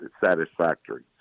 satisfactory